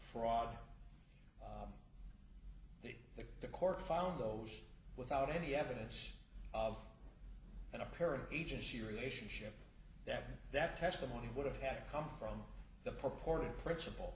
fraud that the court found those without any evidence of an apparent agency relationship that that testimony would have had come from the purported principle